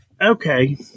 Okay